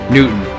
Newton